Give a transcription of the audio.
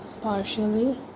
partially